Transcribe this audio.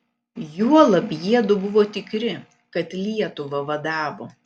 juolab jiedu buvo tikri kad lietuvą vadavo